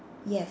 yes